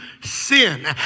sin